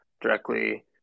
directly